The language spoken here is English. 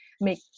make